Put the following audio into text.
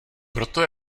proto